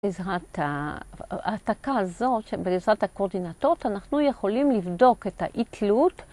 בעזרת ההעתקה הזאת, בעזרת הקואודינטות, אנחנו יכולים לבדוק את האי תלות